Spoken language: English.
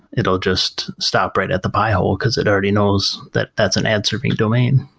it'll just stop right at the pi-hole, because it already knows that that's an ad serving domain,